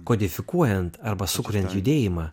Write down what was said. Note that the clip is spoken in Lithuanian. kodifikuojant arba sukuriant judėjimą